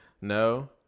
No